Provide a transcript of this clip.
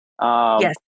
Yes